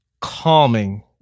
Calming